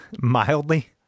mildly